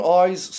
eyes